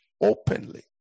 openly